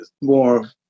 more